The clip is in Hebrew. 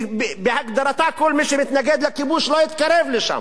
כי בהגדרתה, כל מי שמתנגד לכיבוש לא יתקרב לשם.